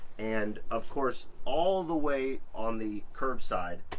and of course all the way on the curbside,